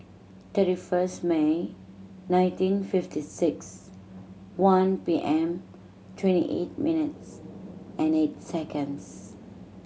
thirty first May nineteen fifty six one P M twenty eight minutes and eight seconds